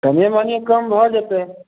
कनिएँ मनिएँ कम भऽ जेतै